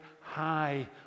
high